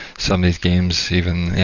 some of these games even yeah,